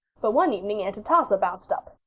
but one evening aunt atossa bounced up.